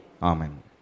Amen